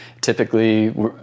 typically